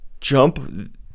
jump